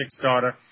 Kickstarter